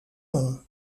nom